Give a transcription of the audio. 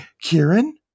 kieran